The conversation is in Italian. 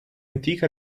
antica